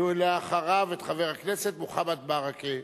ולאחריו, את חבר הכנסת מוחמד ברכה.